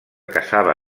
caçava